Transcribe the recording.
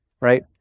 right